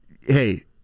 Hey